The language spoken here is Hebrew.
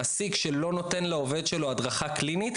מעסיק שלא נותן לעובד שלו הדרכה קלינית,